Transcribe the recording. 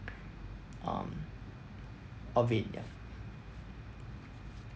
um of it ya